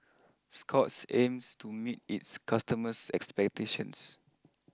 Scott's aims to meet its customers expectations